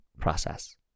process